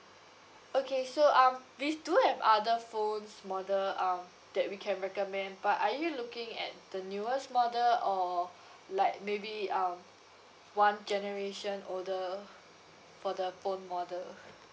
okay so um we do have other phones model um that we can recommend but are you looking at the newest model or like maybe um one generation older for the phone model